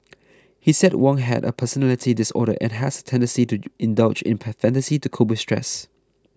he said Wong has a personality disorder and has a tendency to indulge in fantasy to cope with stress